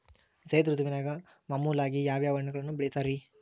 ಝೈದ್ ಋತುವಿನಾಗ ಮಾಮೂಲಾಗಿ ಯಾವ್ಯಾವ ಹಣ್ಣುಗಳನ್ನ ಬೆಳಿತಾರ ರೇ?